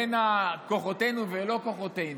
בין כוחותינו ולא כוחותינו,